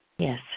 Yes